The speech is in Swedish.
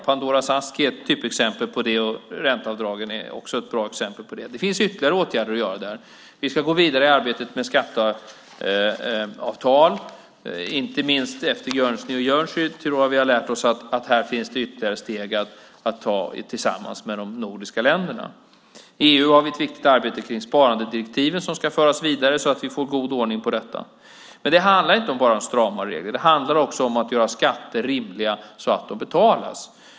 Pandoras ask är ett typexempel på det. Ränteavdragen är också ett bra exempel. Det finns ytterligare åtgärder att göra. Vi ska gå vidare i arbetet med skatteavtal. Inte minst efter Guernsey och Jersey har vi lärt oss att det här finns ytterligare steg att ta tillsammans med de nordiska länderna. EU har ett viktigt arbete kring sparandedirektiven, som ska föras vidare, så att vi får god ordning på detta. Men det handlar inte bara om stramare regler. Det handlar också om att göra skatter rimliga, så att de betalas.